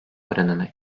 oranını